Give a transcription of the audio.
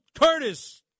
Curtis